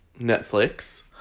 Netflix